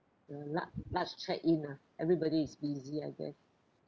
the la~ large check in ah everybody is busy I guess